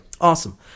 Awesome